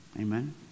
Amen